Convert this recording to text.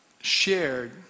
shared